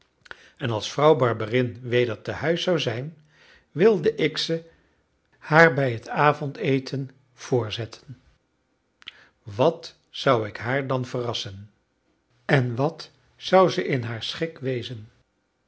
en als vrouw barberin weder tehuis zou zijn wilde ik ze haar bij het avondeten voorzetten wat zou ik haar dan verrassen en wat zou ze in haar schik wezen